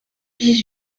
dix